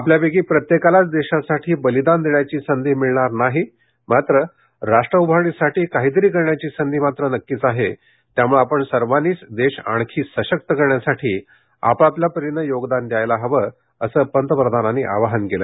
आपल्यापैकी प्रत्येकालाच देशासाठी बलिदान देण्याची संधी मिळणार नाही मात्र राष्ट्र उभारणीसाठी काहीतरी करण्याची संधी मात्र नक्कीच आहे त्यामुळे आपण सर्वांनीच देश आणखी सशक्त करण्यासाठी आपापल्या परीनं योगदान द्यायला हवं असं पंतप्रधान म्हणाले